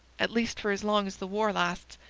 at least for as long as the war lasts.